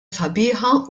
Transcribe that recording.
sabiħa